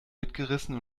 mitgerissen